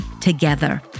together